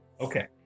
Okay